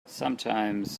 sometimes